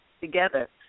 together